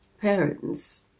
parents